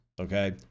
okay